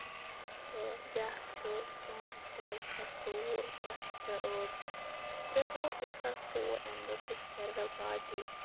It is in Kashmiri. تہٕ بیاکھ چھُ پانٛژھ ژور زٕساس ترٛوُہ بیاکھ چھُ ترٛےٚ ٲٹھ زٕ ساس ترٛوُہ ترٛےٚ ٲٹھ زٕ ساس تٔروُہ اَمہِ دۄہ ٲسۍ اَسہِ فِیرویٚل پارٹی